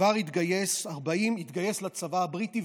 התגייס לצבא הבריטי,